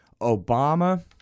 Obama